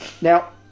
now